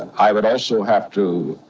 i would also have to,